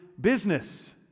business